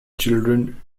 children